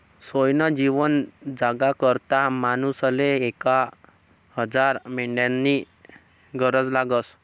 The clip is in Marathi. सोयनं जीवन जगाकरता मानूसले एक हजार मेंढ्यास्नी गरज लागस